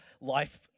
life